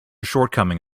shortcoming